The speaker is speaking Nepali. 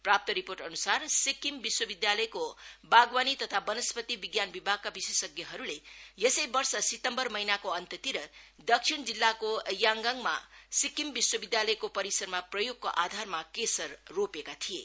प्राप्त रिपोर्ट अन्सार सिक्किम विश्वविध्यालयको वागवामी तथा बनस्पति विज्ञान विभागका विशेषज्ञहरूले यसै वर्ष सितम्बर महिनाको अन्ततिर दक्षिण जिल्लाको याङगाङमा सिक्किम विश्वविध्यालयको परिसरमा प्रयोगको आधारमा केसर रोपेका थिए